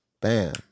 bam